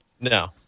No